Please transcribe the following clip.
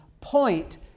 point